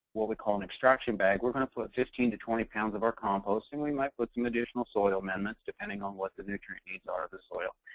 what we call an extraction bag, we're going to put fifteen twenty pounds of our compost. and we might put some additional soil amendments, depending on what the nutrients needs are of the soil.